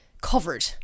covered